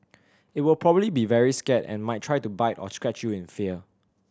it will probably be very scared and might try to bite or scratch you in fear